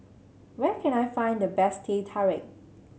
where can I find the best Teh Tarik